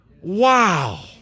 Wow